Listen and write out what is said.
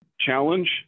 challenge